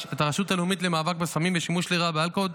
את הרשות הלאומית למאבק בסמים ובשימוש לרעה באלכוהול